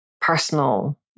personal